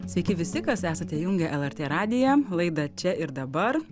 sveiki visi kas esate įjungę lrt radiją laidą čia ir dabar